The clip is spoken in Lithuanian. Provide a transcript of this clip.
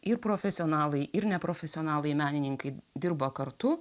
ir profesionalai ir neprofesionalai menininkai dirba kartu